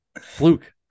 Fluke